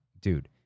Dude